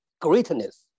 greatness